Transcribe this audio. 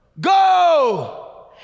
go